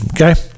Okay